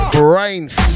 brains